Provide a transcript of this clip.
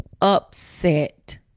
upset